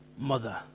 mother